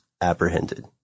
apprehended